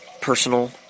personal